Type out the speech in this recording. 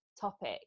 topic